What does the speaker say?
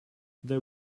there